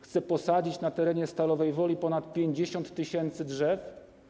Chce posadzić na terenie Stalowej Woli ponad 50 tys. drzew.